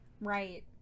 right